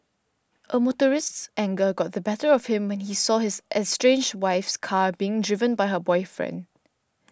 a motorist's anger got the better of him when he saw his estranged wife's car being driven by her boyfriend